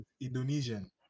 Indonesian